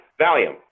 Valium